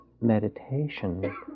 meditation